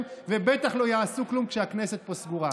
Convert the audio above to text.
ובטח לא יעשו כלום כשהכנסת תהיה סגורה.